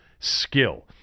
skill